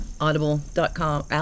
Audible.com